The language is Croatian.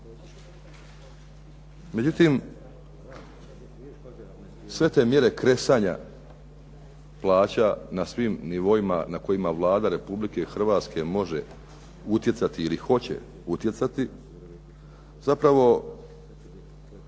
Međutim, sve te mjere kresanja plaća na svim nivoima na kojima Vlada Republike Hrvatske može utjecati ili hoće utjecati zapravo